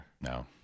No